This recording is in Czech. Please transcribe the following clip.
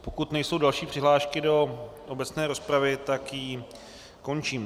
Pokud nejsou další přihlášky do obecné rozpravy, tak ji končím.